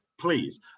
please